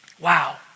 Wow